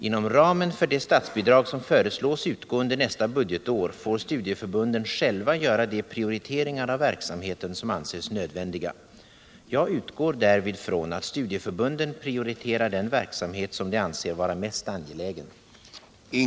Inom ramen för de statsbidrag som föreslås utgå under nästa budgetår får studieförbunden själva gör de prioriteringar av verksamheten som anses nödvändiga. Jag utgår därvid från att studieförbunden prioriterar den verksamhet som de anser vara mest angelägen.